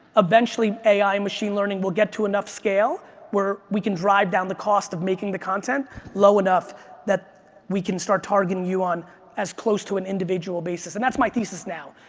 eventually ai and machine learning will get to enough scale where we can drive down the cost of making the content low enough that we can start targeting you on as close to an individual basis. and that's my thesis now.